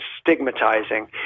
stigmatizing